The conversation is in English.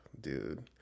Dude